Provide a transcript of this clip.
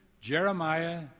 Jeremiah